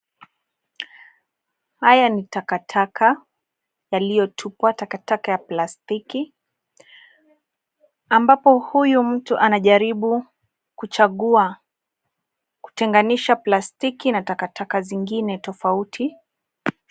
Haya ni takataka yaliyotupwa. Takataka ya plastiki ambapo huyu mtu anajaribu kuchagua, kutenganisha plastiki na takataka zingine tofauti.